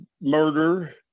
murder